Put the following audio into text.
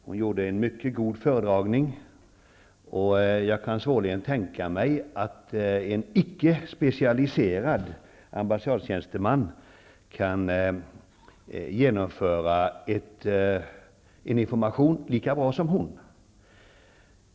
Hon gjorde en mycket god föredragning, och jag kan svårligen tänka mig att en icke specialiserad ambassadtjänsteman kan genomföra en information lika bra som hon.